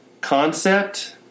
concept